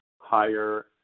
higher